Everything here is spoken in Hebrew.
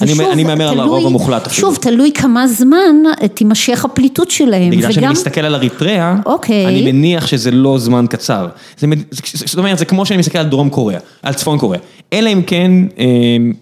שוב, אני מהמר על הרוב המוחלט, תלוי כמה זמן תימשך הפליטות שלהם. בגלל שאני מסתכל על אריתריאה. אוקיי. אני מניח שזה לא זמן קצר. זאת אומרת, זה כמו שאני מסתכל על דרום קוריאה, על צפון קוריאה. אלא אם כן...